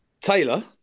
Taylor